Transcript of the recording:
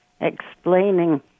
explaining